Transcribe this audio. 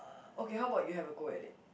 uh okay how about you have a go at it